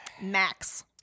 Max